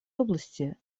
области